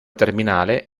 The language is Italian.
terminale